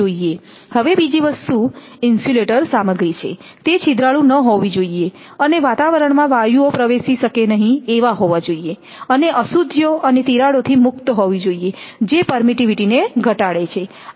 હવે બીજી વસ્તુ ઇન્સ્યુલેટર સામગ્રી છે તે છિદ્રાળુ ન હોવી જોઈએ અને વાતાવરણમાં વાયુઓ પ્રવેશી શકે નહીં એવા હોવા જોઈએ અને અશુદ્ધિઓ અને તિરાડોથી મુક્ત હોવી જોઈએ જે પરમીટિવિટી ને ઘટાડે છે